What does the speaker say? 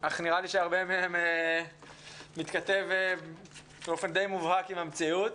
אך נראה לי שהרבה מהם מתכתב באופן די מובהק עם המציאות